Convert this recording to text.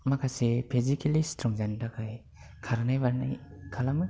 माखासे physically strong जानो थाखाय खारनाय बारनाय खालामो